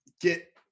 get